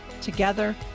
together